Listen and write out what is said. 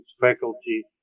faculty